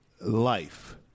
life